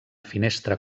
finestra